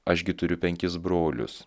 aš gi turiu penkis brolius